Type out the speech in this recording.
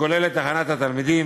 כוללת הכנת התלמידים,